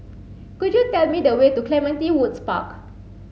could you tell me the way to Clementi Woods Park